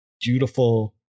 beautiful